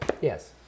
Yes